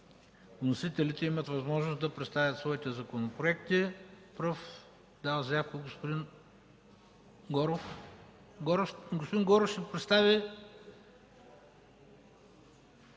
вносителите имат възможност да представят своите законопроекти. Пръв даде заявка господин Гьоков. Той ще представи